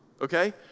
okay